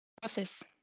process